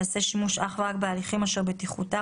ייעשה שימוש אך ורק בהליכים אשר בטיחותם